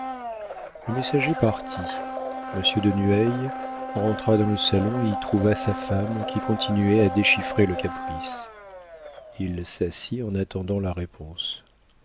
le messager parti monsieur de nueil rentra dans le salon et y trouva sa femme qui continuait à déchiffrer le caprice il s'assit en attendant la réponse